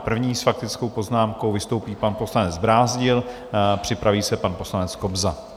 První s faktickou poznámkou vystoupí pan poslanec Brázdil, připraví se pan poslanec Kobza.